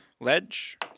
ledge